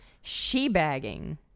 She-bagging